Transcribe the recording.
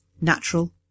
natural